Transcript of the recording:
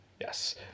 Yes